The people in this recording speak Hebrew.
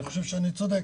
אני חושב שאני צודק,